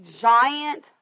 giant